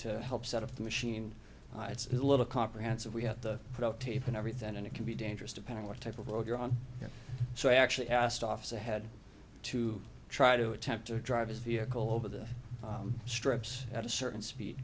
to help set of the machine it's a little comprehensive we had to put out tape and everything and it can be dangerous depending what type of road you're on so i actually asked officer had to try to attempt to drive his vehicle over the strips at a certain speed